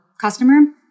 customer